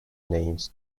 names